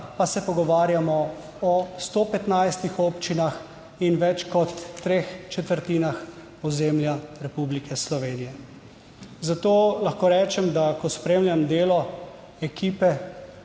pa se pogovarjamo o 115 občinah in več kot treh četrtinah ozemlja Republike Slovenije. Zato lahko rečem, da ko spremljam delo ekipe